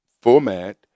format